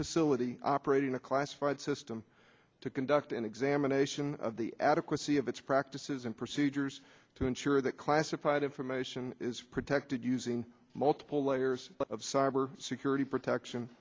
facility operating a classified system to conduct an examination of the adequacy of its practices and procedures to ensure that classified information is protected using multiple layers of cyber security protection